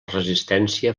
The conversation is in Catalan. resistència